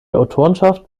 autorenschaft